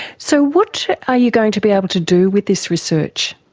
so what are you going to be able to do with this research?